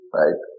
right